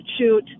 shoot